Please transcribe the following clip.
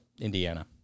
Indiana